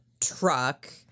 Truck